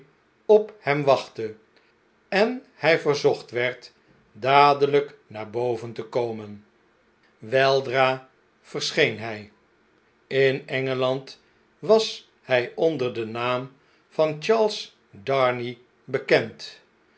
op hem wachtte en hij verzocht werd dadelijk naar boven te komen weldra verscheen hy in engeland was inj onder den naam van charles darnay bekend